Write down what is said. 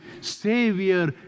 Savior